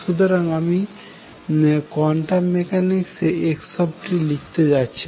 সুতরাং আমি কোয়ান্টাম মেকানিক্সে x লিখতে যাচ্ছি না